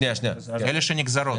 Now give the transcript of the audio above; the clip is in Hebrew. אלה שנגזרות.